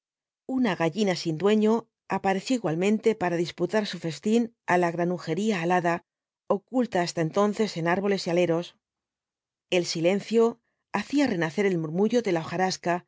una gallina sin dueño apareció igualmente para disputar su festín á la granujería alada oculta hasta entonces en árboles y aleros el silencio hacía renacer el murmullo de la hojarasca